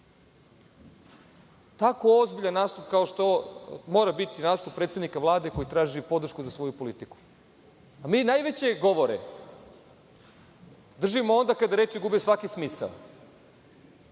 tako ozbiljan nastup kao što mora biti nastup predsednika Vlade koji traži podršku za svoju politiku. Mi najveće govore držimo onda kada reči gube svaki smisao.